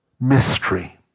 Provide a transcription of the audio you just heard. mystery